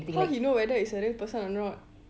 how he know whether he's a real person or not